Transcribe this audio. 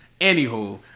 Anywho